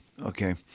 okay